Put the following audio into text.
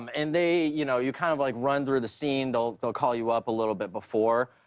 um and they you know, you kind of like run through the scene. they'll they'll call you up a little bit before.